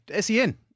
SEN